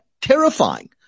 terrifying